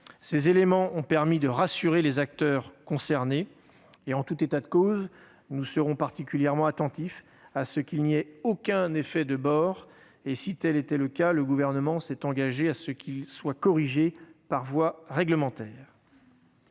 Ces éléments ont permis de rassurer les acteurs concernés. En tout état de cause, nous serons particulièrement attentifs à ce qu'il n'y ait aucun effet de bord. Si tel était le cas, le Gouvernement s'est engagé à ce que de tels effets soient corrigés par voie réglementaire.